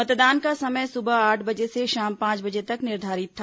मतदान का समय सुबह आठ बजे से शाम पांच बजे तक निर्धारित था